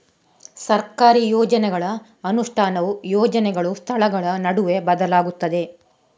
ಸರ್ಕಾರಿ ಯೋಜನೆಗಳ ಅನುಷ್ಠಾನವು ಯೋಜನೆಗಳು, ಸ್ಥಳಗಳ ನಡುವೆ ಬದಲಾಗುತ್ತದೆ